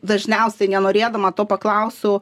dažniausiai nenorėdama to paklausiu